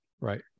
right